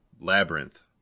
labyrinth